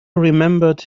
remembered